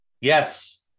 Yes